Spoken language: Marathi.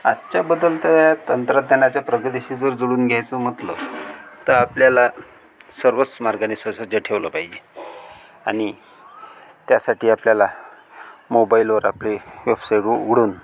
आजच्या बदलत्या वेळात तंत्रज्ञानाच्या प्रगतीशी जर जुळवून घ्यायचं म्हटलं तर आपल्याला सर्वच मार्गाने सुसज्ज ठेवलं पाहिजे आणि त्यासाठी आपल्याला मोबाईलवर आपले